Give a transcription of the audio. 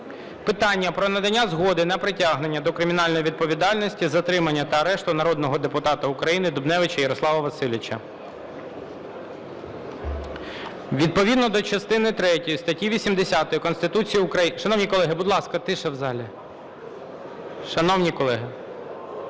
Питання про надання згоди на притягнення до кримінальної відповідальності, затримання та арешт народного депутата України Дубневича Ярослава Васильовича. Відповідно до частини третьої статті 80 Конституції України… Шановні колеги, будь ласка, тиша в залі, шановні колеги.